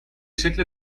شکل